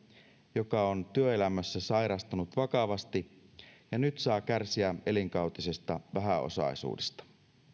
joka on työelämässä sairastunut vakavasti ja nyt saa kärsiä elinkautisesta vähäosaisuudesta